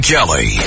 Kelly